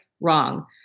Wrong